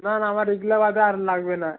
না না আমার এগুলো বাদে আর লাগবে না